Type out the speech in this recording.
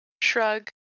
Shrug